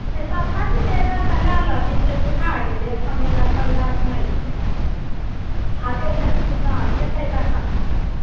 अइ सपाटूके गाछ तऽ लायल रहथिनसे सुखा गेलै एखन ओकर गाछ नहि छै आब एतै नइ एतै तखन हैत